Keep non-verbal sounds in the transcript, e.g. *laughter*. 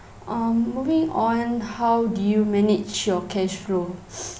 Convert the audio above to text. um moving on how do you manage your cash flow *breath*